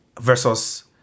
versus